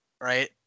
right